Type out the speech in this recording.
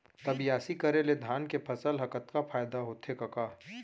त बियासी करे ले धान के फसल ल कतका फायदा होथे कका?